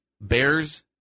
Bears